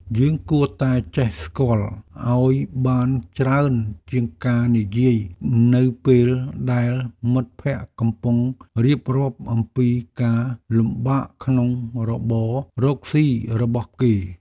យើងគួរតែចេះស្ដាប់ឱ្យបានច្រើនជាងការនិយាយនៅពេលដែលមិត្តភក្តិកំពុងរៀបរាប់អំពីការលំបាកក្នុងរបររកស៊ីរបស់គេ។